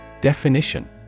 Definition